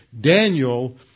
Daniel